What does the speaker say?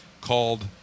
called